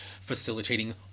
facilitating